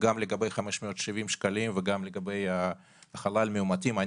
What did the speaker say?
גם לגבי ה-570 שקלים וגם לגבי ההחלה על מאומתים.